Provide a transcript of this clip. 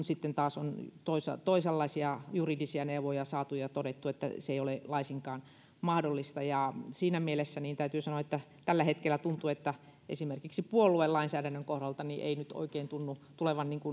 sitten taas on toisenlaisia juridisia neuvoja saatu ja todettu että se ei ole laisinkaan mahdollista siinä mielessä täytyy sanoa että tällä hetkellä tuntuu että esimerkiksi puoluelainsäädännön kohdalla ei nyt oikein tunnu tulevan